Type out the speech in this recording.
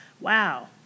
Wow